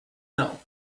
know